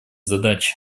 задачи